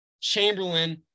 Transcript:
Chamberlain